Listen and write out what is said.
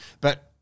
but-